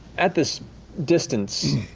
at this distance,